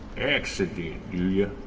accident. do ya?